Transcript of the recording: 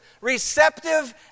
Receptive